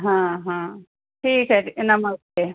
हाँ हाँ ठीक है नमस्ते